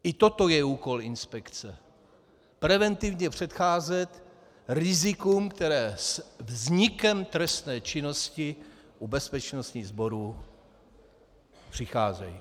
I toto je úkol inspekce preventivně předcházet rizikům, která se vznikem trestné činnosti u bezpečnostních sborů přicházejí.